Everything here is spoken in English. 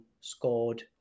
scored